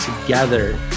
together